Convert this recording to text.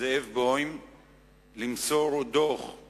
זאב בוים למסור לכנסת השמונה-עשרה דוח על